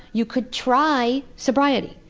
you could try sobriety.